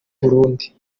burundi